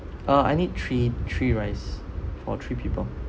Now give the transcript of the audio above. uh I need three three rice for three people